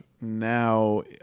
now